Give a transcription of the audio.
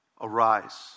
arise